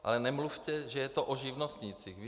Ale nemluvte, že je to o živnostnících.